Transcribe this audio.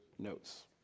notes